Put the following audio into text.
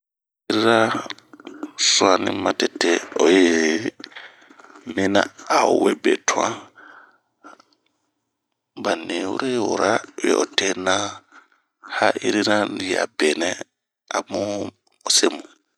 ha'irira suɔni matete oyi mina aowe betuan ,bani wre yi wura, uwe otena ha'irna yi a benɛ to a bunsemu.